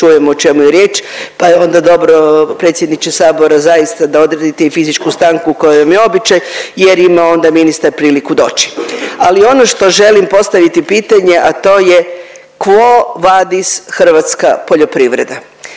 čujemo o čemu je riječ, pa je onda dobro predsjedniče sabora zaista da odredite i fizičku stanku koja vam je običaj jer ima onda ministar priliku doći. Ali ono što želim postaviti pitanje, a to je quo vadis hrvatska poljoprivreda?